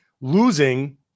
losing